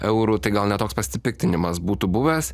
eurų tai gal ne toks pasipiktinimas būtų buvęs